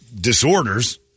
disorders